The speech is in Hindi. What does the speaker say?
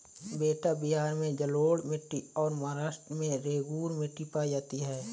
बेटा बिहार में जलोढ़ मिट्टी और महाराष्ट्र में रेगूर मिट्टी पाई जाती है